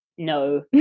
no